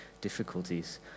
difficulties